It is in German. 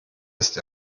ist